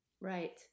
Right